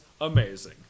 amazing